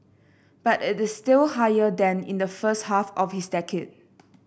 but it is still higher than in the first half of his decade